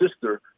sister